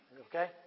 Okay